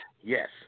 Yes